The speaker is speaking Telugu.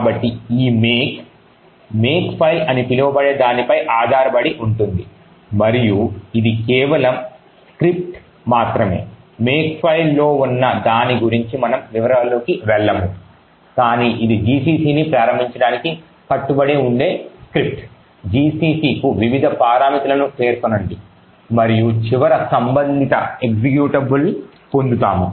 కాబట్టి ఈ make Makefile అని పిలువబడే దానిపై ఆధారపడి ఉంటుంది మరియు ఇది కేవలం స్క్రిప్ట్ మాత్రమే Makefileలో ఉన్న దాని గురించి మనము వివరాల్లోకి వెళ్ళము కాని ఇది gccని ప్రారంభించడానికి కట్టుబడి ఉండే స్క్రిప్ట్ gccకు వివిధ పారామితులను పేర్కొనండి మరియు చివరకు సంబంధిత ఎక్జిక్యూటబుల్ పొందుతాము